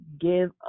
give